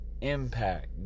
impact